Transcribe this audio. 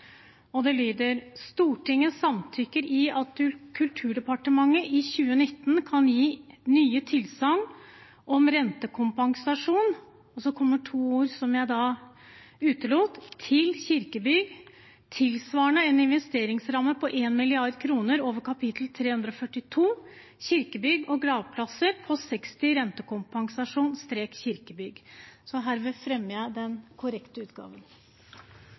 Folkeparti. Forslaget lyder: «Stortinget samtykker i at Kulturdepartementet i 2019 kan gi nye tilsagn om rentekompensasjon til kirkebygg tilsvarende en investeringsramme på 1 mrd. kroner over kap. 342 Kirkebygg og gravplasser, post 60 Rentekompensasjon – kirkebygg.» De to ordene som var utelatt i den forrige utgaven av forslaget, var «til kirkebygg». Herved har jeg fremmet den korrekte utgaven